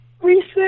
reset